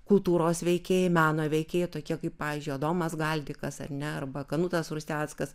kultūros veikėjai meno veikėjai tokie kaip pavyzdžiui adomas galdikas ar ne arba kanutas ruseckas